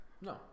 No